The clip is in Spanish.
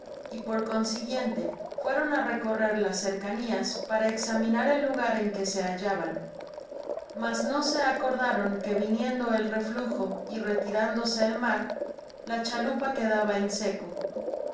y por consiguiente fueron á recorrer las cercanias para examinar el lugar en que se hallaban mas no se acordaron que viniemto el reflujo y retirándose el mar la chalupa quedaba en seco